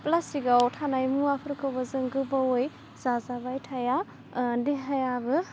प्लाष्टिकआव थानाय मुवाफोरखौबो जों गोबावै जाजाबाय थाया देहायाबो